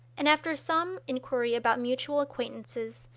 and after some inquiry about mutual acquaintances,